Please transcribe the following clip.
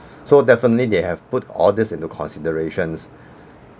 so definitely they have put all this into considerations